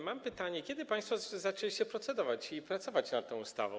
Mam pytanie: Kiedy państwo zaczęliście procedować czy pracować nad tą ustawą?